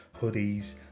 hoodies